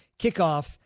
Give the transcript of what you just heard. kickoff